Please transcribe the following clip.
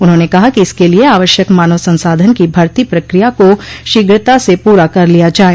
उन्होंने कहा कि इसके लिये आवश्यक मानव संसाधन की भर्ती प्रक्रिया को शीघ्रता से पूरा कर लिया जाये